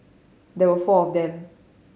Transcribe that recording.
there were four of them